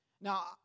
Now